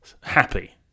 happy